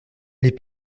les